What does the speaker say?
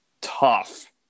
tough